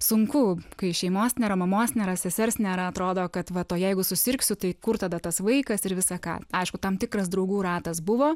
sunku kai šeimos nėra mamos nėra sesers nėra atrodo kad vat o jeigu susirgsiu tai kur tada tas vaikas ir visa ką aišku tam tikras draugų ratas buvo